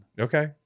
Okay